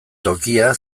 tokia